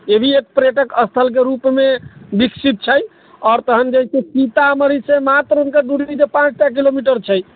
ईभी एक पर्यटक स्थलके रूपमे विकसित छै आओर तहन जे छै सीतामढ़ीसँ मात्र हुनकर दूरी पाँच टा किलोमीटर छै